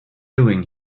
doing